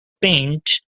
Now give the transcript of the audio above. paint